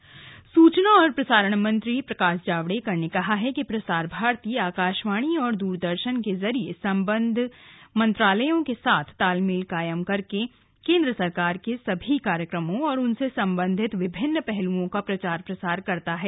प्रकाश जावडेकर सूचना और प्रसारण मंत्री प्रकाश जावडेकर ने कहा है कि प्रसार भारती आकाशवाणी और दूरदर्शन के जरिये सम्बद्ध मंत्रालयों के साथ तालमेल कायम करके केन्द्र सरकार के सभी कार्यक्रमों और उनसे संबंधित विभिन्न पहलुओं का प्रचार प्रसार करता है